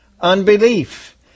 unbelief